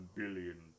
billion